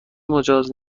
مجاز